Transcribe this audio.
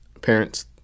parents